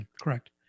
correct